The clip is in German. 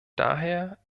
daher